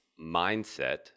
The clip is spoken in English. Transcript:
mindset